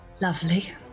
Lovely